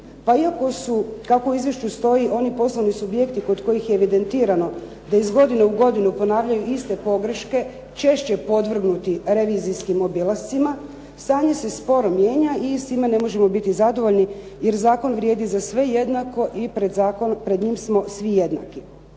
Pa iako su kako u izvješću stoji oni poslovni subjekti kod kojih je evidentirano da iz godine u godinu ponavljaju iste pogreške češće podvrgnuti revizijskim obilascima stanje se sporo mijenja i s time ne možemo biti zadovoljni jer zakon vrijedi za sve jednako i pred njim smo svi jednaki.